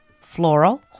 floral